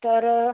तर